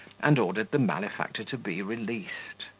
and ordered the malefactor to be released.